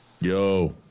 Yo